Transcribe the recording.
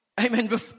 Amen